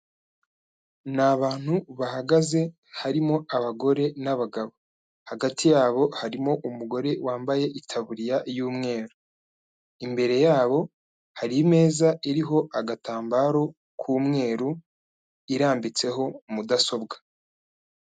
Ni abantu bahagaze harimo abagore n'abagabo, hagati yabo harimo umugore wambaye itaburiya y'umweru. Imbere yabo hari imeza iriho agatambaro k'umweru irambitseho mudasobwa.